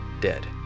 dead